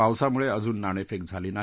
पावसामुळे अजुन नाणेफेक झाली नाही